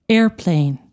Airplane